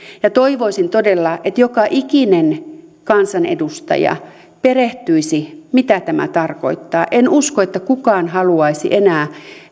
ja toivoisin todella että joka ikinen kansanedustaja perehtyisi siihen mitä tämä tarkoittaa en usko että kukaan haluaisi enää